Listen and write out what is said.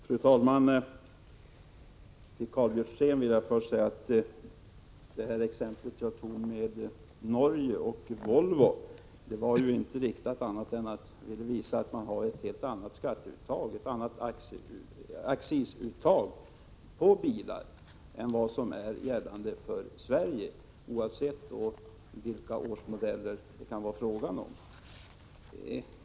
Fru talman! Till Karl Björzén vill jag först säga att det exempel jag nämnde om Norge och Volvo inte hade annat syfte än att visa att man i Norge har ett helt annat accisuttag på bilar än det som gäller i Sverige, oavsett vilka årsmodeller det kan vara fråga om.